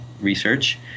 research